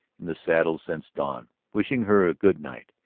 in the saddle since dawn, wishing her good night.